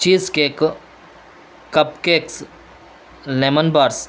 cheese cake cup cakes lemon bars